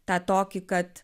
tą tokį kad